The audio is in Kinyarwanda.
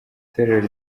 itorero